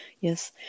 yes